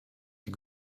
die